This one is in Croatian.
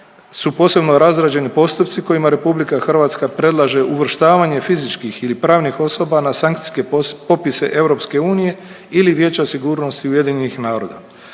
su posebno razrađeni postupci kojima RH predlaže uvrštavanje fizičkih ili pravnih osoba na sankcijske popise Europske unije ili Vijeća sigurnosti Ujedinjenih naroda.